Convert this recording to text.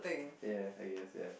ya I guess ya